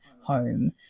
home